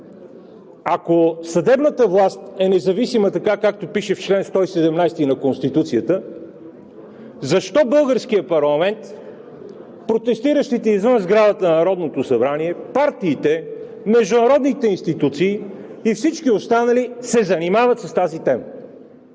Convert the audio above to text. Ако съдебната власт е независима – така, както пише в чл. 117 на Конституцията, защо българският парламент, протестиращите извън сградата на Народното събрани, партиите, международните институции и всички останали се занимават с тази тема?!